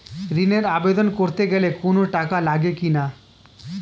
ঋণের আবেদন করতে গেলে কোন টাকা লাগে কিনা?